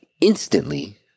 instantly